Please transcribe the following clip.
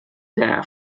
there